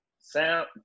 sound